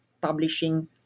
Publishing